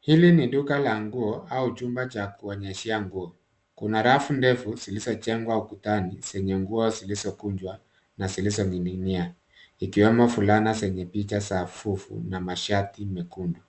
Hili ni duka la nguo au chumba cha kuonyeshea nguo. Kuna rafu ndefu zilizojengwa ukutani zenye nguo zilizokunjwa na zilizoning'inia ikiwemo fulana zenye picha za fuvu na mashati mekundu.